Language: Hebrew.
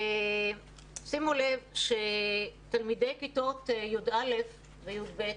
שימו לב, שתלמידי כיתות י"א וי"ב,